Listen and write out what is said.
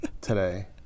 today